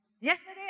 Yesterday